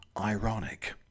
Ironic